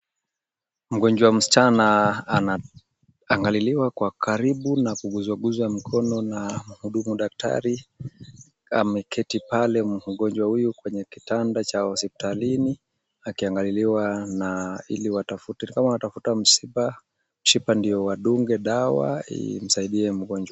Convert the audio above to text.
Mgonjwa msichana anaangaliliwa kwa karibu na kuguzwaguzwa mkono na muhudumu. Daktari ameketi pale mgonjwa huyu kwenye kitanda cha hospitalini akiangaliliwa, na ili watafute kama watapata mshipa ndio wadunge dawa imsaidie mgonjwa.